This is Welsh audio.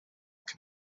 cyn